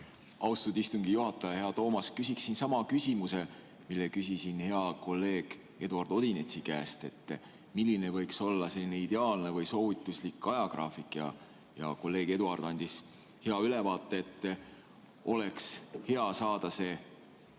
Austatud istungi juhataja! Hea Toomas! Küsiksin sama küsimuse, mille küsisin hea kolleeg Eduard Odinetsi käest. Milline võiks olla ideaalne või soovituslik ajagraafik? Kolleeg Eduard andis hea ülevaate, et oleks hea saada selle